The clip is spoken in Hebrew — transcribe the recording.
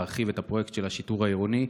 להרחיב את הפרויקט של השיטור העירוני,